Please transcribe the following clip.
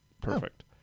perfect